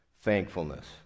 thankfulness